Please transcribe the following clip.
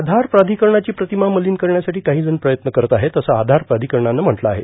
आधार प्राथिकरणाची प्रतिमा मलिन करण्यासाठी काहीजण प्रयत्न करत आहेत असं आधार प्राथिकरणानं म्हटलं आहे